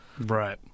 right